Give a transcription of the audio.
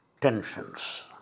tensions